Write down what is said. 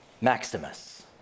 Maximus